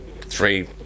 three